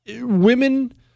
Women